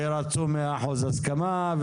100 אחוזים הסכמה,